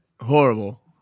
Horrible